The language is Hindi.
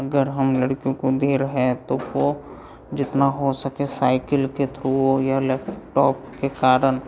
अगर हम लड़कियों को दे रहे हैं तो वह जितना हो सके साइकिल के थ्रू या लैपटॉप के कारण